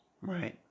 Right